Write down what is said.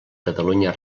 catalunya